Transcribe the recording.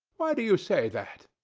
why do you say that?